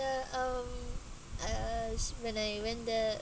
ya um uh sh~ when I went there